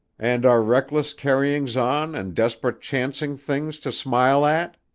and are reckless carryings-on and desperate chancing things to smile at?